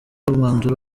umwanzuro